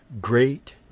great